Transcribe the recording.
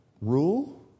rule